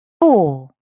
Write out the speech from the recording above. four